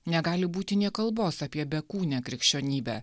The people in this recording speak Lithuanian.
negali būti nė kalbos apie bekūnę krikščionybę